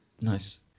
Nice